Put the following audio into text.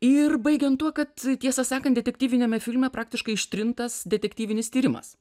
ir baigiant tuo kad tiesą sakant detektyviniame filme praktiškai ištrintas detektyvinis tyrimas